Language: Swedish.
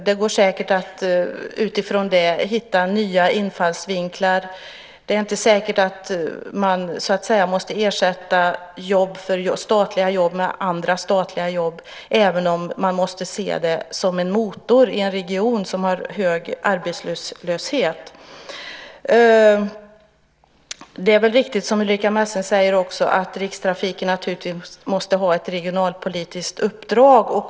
Det går säkert att utifrån dem hitta nya infallsvinklar. Det är inte säkert att man måste ersätta statliga jobb med andra statliga jobb, även om man måste se detta som en motor i en region som har hög arbetslöshet. Det är naturligtvis också riktigt som Ulrica Messing säger att Rikstrafiken måste ha ett regionalpolitiskt uppdrag.